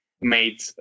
made